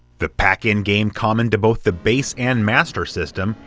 the pack-in game common to both the base and master system,